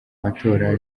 matora